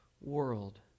world